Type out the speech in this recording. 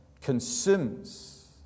consumes